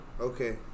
Okay